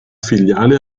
filiale